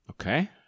Okay